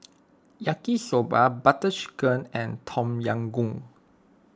Yaki Soba Butter Chicken and Tom Yam Goong